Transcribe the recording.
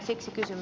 siksi kysymme